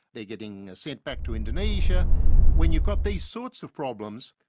they're getting sent back to indonesia when you've got these sorts of problems,